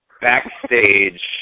backstage